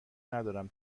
ندارم